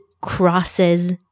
crosses